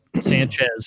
Sanchez